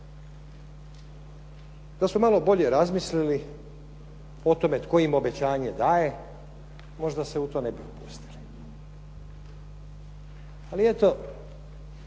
Da su malo bolje razmislili o tome tko im obećanje daje, možda se u to ne bi upustili. Ali eto,